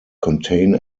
contain